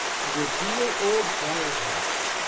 to the dear old briar-patch.